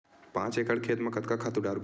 पांच एकड़ खेत म कतका खातु डारबोन?